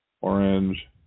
Orange